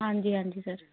ਹਾਂਜੀ ਹਾਂਜੀ ਸਰ